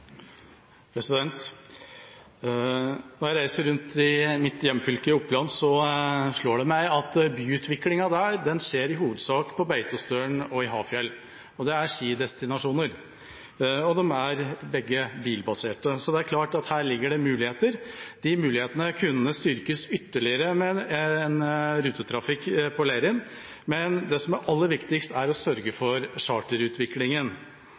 Når jeg reiser rundt i mitt hjemfylke, Oppland, slår det meg at byutviklingen der skjer i hovedsak på Beitostølen og Hafjell. Det er skidestinasjoner, og de er begge bilbaserte. Det er klart at her ligger det muligheter. De mulighetene kunne styrkes ytterligere med rutetrafikk på Leirin, men det som er aller viktigst, er å sørge for charterutviklingen.